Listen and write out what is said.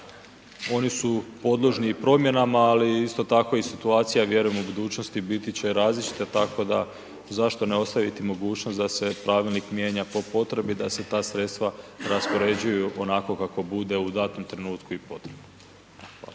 Oni su podložni i promjenama. Ali isto tako i situacija vjerujem u budućnosti biti će različita tako da zašto ne ostaviti mogućnost da se pravilnik mijenja po potrebi da se ta sredstva raspoređuju onako kako bude u danom trenutku i potrebno.